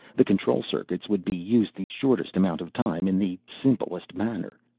the control circuits would be used the shortest amount of time in the simplest manner.